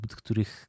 których